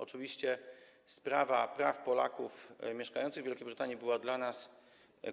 Oczywiście sprawa praw Polaków mieszkających w Wielkiej Brytanii była dla nas